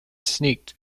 sneaked